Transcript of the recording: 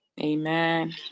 Amen